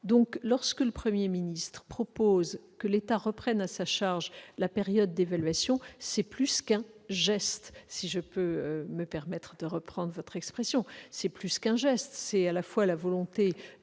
lorsque le Premier ministre propose que l'État reprenne à sa charge la période d'évaluation, c'est plus qu'un « geste », si je peux me permettre de reprendre votre expression : c'est à la fois une volonté